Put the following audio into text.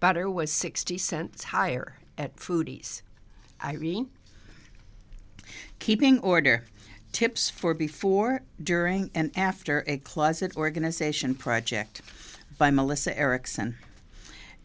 better was sixty cents higher at foodies irene keeping order tips for before during and after it closet organization project by melissa erickson